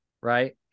Right